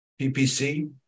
PPC